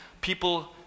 people